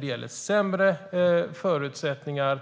Det gäller sämre förutsättningar,